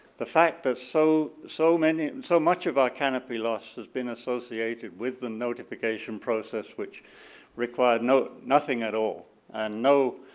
the fact that so so many and so much of our canopy loss has been associated with the notification process which required nothing at all and no